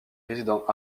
résidents